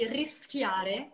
rischiare